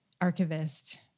archivist